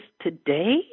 today